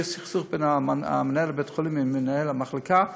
יהיה סכסוך בין מנהל בית-החולים למנהל המחלקה,